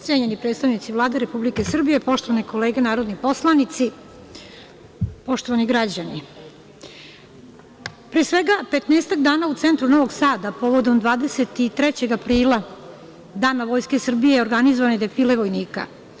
Cenjeni predstavnici Vlade Republike Srbije, poštovane kolege narodni poslanici, poštovani građani, pre svega petnaestak dana u centru Novog Sada povodom 23. aprila Dana Vojske Srbije organizovan je defile vojnika.